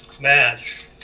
match